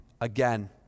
again